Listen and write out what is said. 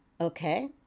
okay